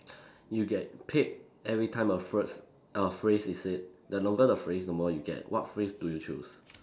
you get paid every time a phrase a phrase is said the longer the phrase the more you get what phrase do you choose